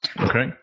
Okay